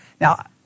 Now